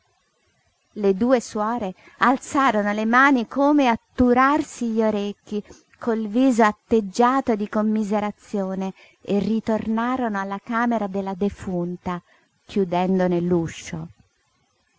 le due suore alzarono le mani come a turarsi gli orecchi col viso atteggiato di commiserazione e ritornarono alla camera della defunta chiudendone l'uscio